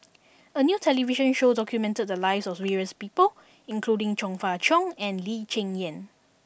a new television show documented the lives of various people including Chong Fah Cheong and Lee Cheng Yan